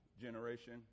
generation